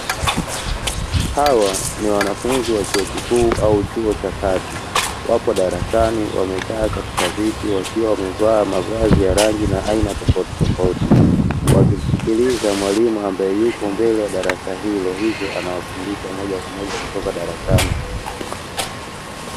Hawa ni wanafunzi wa chuo kikuu au chuo cha kati, wapo darasani wamekaa katika viti wakiwa wamevaa mavazi ya rangi na aina tofautitofauti; wakimsikiliza mwalimu ambaye yupo mbele ya darasa hilo, hivyo anawafundisha moja kwa moja kutoka darasani.